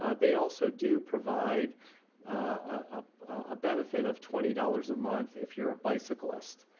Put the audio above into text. ah they also do provide ah a benefit of twenty dollars a month if you're a bicyclist,